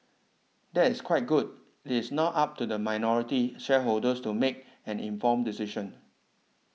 that is quite good it is now up to the minority shareholders to make an informed decision